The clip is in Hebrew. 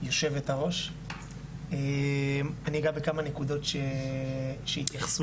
אני ייגע בכמה נקודות שיתייחסו עליהם כאן.